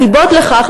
הסיבות לכך,